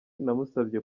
namusabye